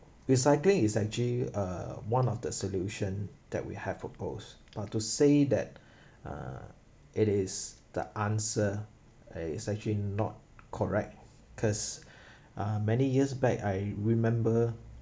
recycling is actually uh one of the solution that we have propose but to say that uh it is the answer is actually not correct cause uh many years back I remember